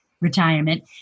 retirement